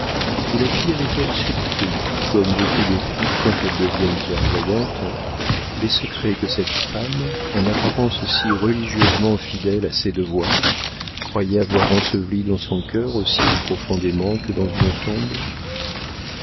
ou la fille avait-elle surpris comme beaucoup de filles quand elles deviennent clairvoyantes des secrets que cette femme en apparence si religieusement fidèle à ses devoirs croyait avoir ensevelis dans son cœur aussi profondément que dans une tombe